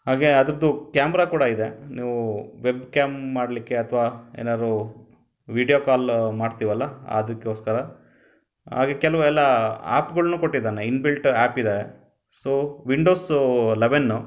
ಹಾಗೇ ಅದ್ರದ್ದು ಕ್ಯಾಮ್ರಾ ಕೂಡ ಇದೆ ನೀವು ವೆಬ್ಕ್ಯಾಮ್ ಮಾಡಲಿಕ್ಕೆ ಅಥವಾ ಏನಾದ್ರು ವೀಡಿಯೋ ಕಾಲ್ ಮಾಡ್ತೀವಲ್ಲ ಅದಕ್ಕೋಸ್ಕರ ಹಾಗೇ ಕೆಲವೆಲ್ಲ ಆ್ಯಪ್ಗಳ್ನೂ ಕೊಟ್ಟಿದ್ದಾನೆ ಇನ್ಬಿಲ್ಟ್ ಆ್ಯಪ್ ಇದೆ ಸೊ ವಿಂಡೋಸು ಲೆವೆನ್ನು